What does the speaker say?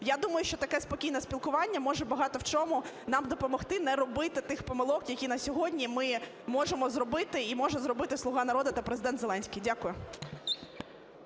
Я думаю, що таке спокійне спілкування може багато в чому нам допомогти не робити тих помилок, які на сьогодні ми можемо зробити і може зробити "Слуга народу" та Президент Зеленський. Дякую.